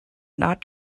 not